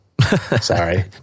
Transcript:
Sorry